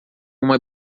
uma